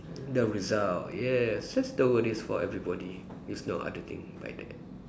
the result yes that's the worries for everybody there's no other thing but that